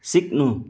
सिक्नु